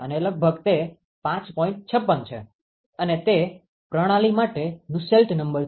56 છે અને તે પ્રણાલી માટે નુસ્સેલ્ટ નંબર છે